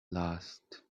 last